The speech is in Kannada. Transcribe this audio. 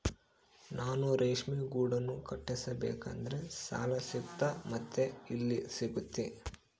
ನಾನು ರೇಷ್ಮೆ ಗೂಡನ್ನು ಕಟ್ಟಿಸ್ಬೇಕಂದ್ರೆ ಸಾಲ ಸಿಗುತ್ತಾ ಮತ್ತೆ ಎಲ್ಲಿ ಸಿಗುತ್ತೆ?